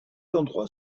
endroit